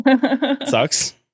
sucks